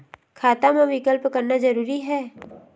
खाता मा विकल्प करना जरूरी है?